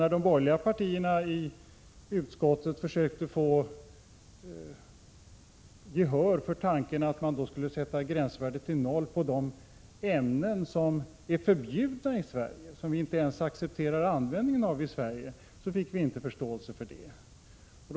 När de borgerliga partierna i utskottet försökte få gehör för tanken att man skulle sätta gränsvärdet till noll på de ämnen som är förbjudna i Sverige, och som vi inte ens accepterar användning av, fick vi inte förståelse för detta.